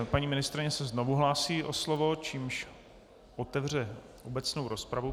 Paní ministryně se znovu hlásí o slovo, čímž otevře obecnou rozpravu.